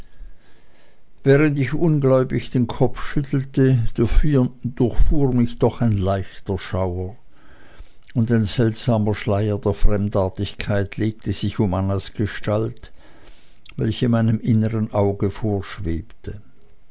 während ich ungläubig den kopf schüttelte durchfuhr mich doch ein leichter schauer und ein seltsamer schleier der fremdartigkeit legte sich um annas gestalt welche meinem innern auge vorschwebte